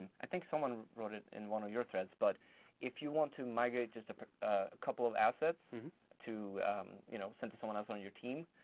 i think someone wrote it in one of your threads, but if you want to migrate just a couple of assets to you know send to someone else on your team,